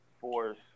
force